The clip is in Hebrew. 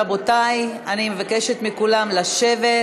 רבותי, אני אבקש מכולם לשבת.